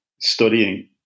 studying